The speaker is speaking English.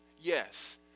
yes